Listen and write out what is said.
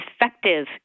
effective